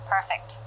Perfect